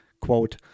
quote